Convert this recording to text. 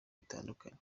bitandukanye